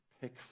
pick